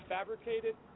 Fabricated